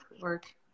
work